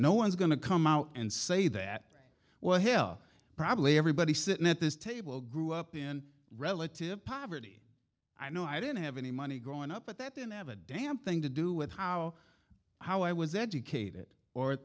no one's going to come out and say that well hill probably everybody sitting at this table grew up in relative poverty i know i didn't have any money growing up but that didn't have a damn thing to do with how how i was educated or